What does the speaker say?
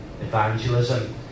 evangelism